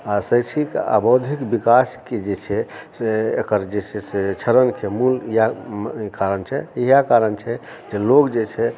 आ शैक्षणिक आ बौद्धिक विकासके जे छै से एकर जे छै से क्षरणके मूल या कारण छै इएह कारण छै जे लोग जे छै